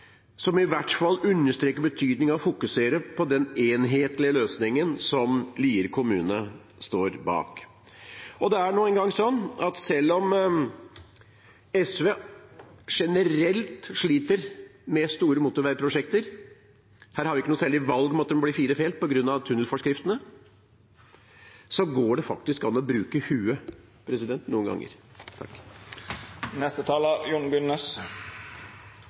som i hvert fall understreker betydningen av å fokusere på den enhetlige løsningen som Lier kommune står bak. Det er nå engang sånn at selv om SV generelt sliter når det gjelder store motorveiprosjekter – her har vi ikke noe særlig valg, det må bli fire felt på grunn av tunnelforskriftene – går det noen ganger an å bruke